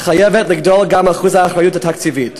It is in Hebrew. חייב לגדול גם אחוז האחריות התקציבית.